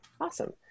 awesome